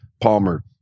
Palmer